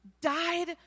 died